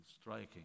striking